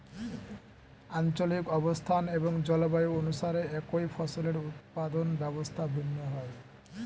আঞ্চলিক অবস্থান এবং জলবায়ু অনুসারে একই ফসলের উৎপাদন ব্যবস্থা ভিন্ন হয়